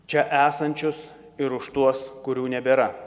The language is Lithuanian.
čia esančius ir už tuos kurių nebėra